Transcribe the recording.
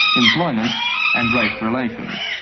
employment and race relations.